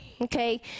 okay